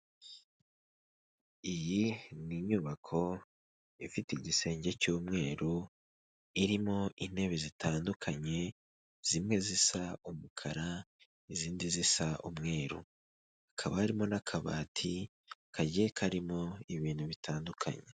Iyi ni inyubako ifite igisenge cy'umweru, irimo intebe zitandukanye zimwe zisa umukara, izindi zisa umweru. Hakaba harimo n'akabati kagiye karimo ibintu bitandukanye.